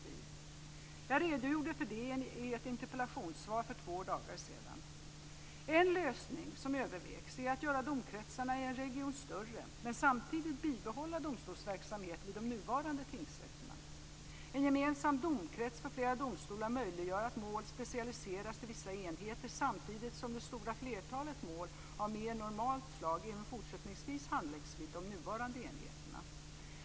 Jag redogjorde för det i ett interpellationssvar för två dagar sedan. En lösning som övervägs är att göra domkretsarna i en region större, men samtidigt bibehålla domstolsverksamhet vid de nuvarande tingsrätterna. En gemensam domkrets för flera domstolar möjliggör att mål specialiseras till vissa enheter, samtidigt som det stora flertalet mål av mer normalt slag även fortsättningsvis handläggs vid de nuvarande enheterna.